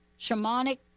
shamanic